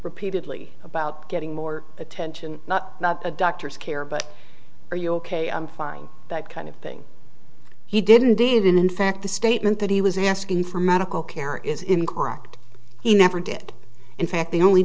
repeatedly about getting more attention not a doctor's care but are you ok i'm fine that kind of thing he didn't did in fact the statement that he was asking for medical care is incorrect he never did in fact the only